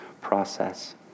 process